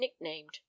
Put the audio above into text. nicknamed